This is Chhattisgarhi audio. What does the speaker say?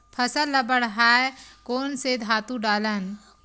फसल ल बढ़ाय कोन से खातु डालन?